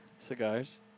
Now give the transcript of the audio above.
Cigars